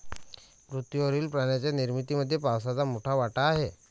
पृथ्वीवरील पाण्याच्या निर्मितीमध्ये पावसाचा मोठा वाटा आहे